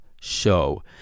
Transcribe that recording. show